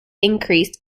increased